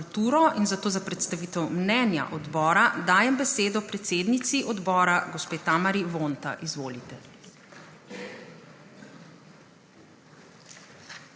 kulturo in zato za predstavite mnenja odbora dajem besedo predsednici odbora gospe Tamari Vonta. Izvolite.